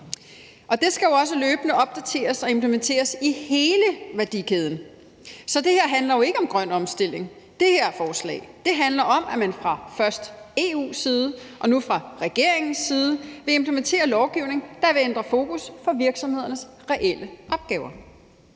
Det skal jo også løbende opdateres og implementeres i hele værdikæden. Så det her handler ikke om grøn omstilling. Det her forslag handler om, at man fra først EU's side og nu fra regeringens side vil implementere lovgivning, der vil ændre fokus i forhold til virksomhedernes reelle opgaver.